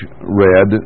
red